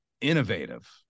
innovative